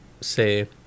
say